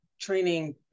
training